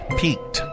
peaked